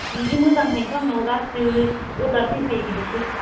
बिदि मोजांखायनोथ' आंनियाव गासैबो अर्डार फैखायो बिदिसो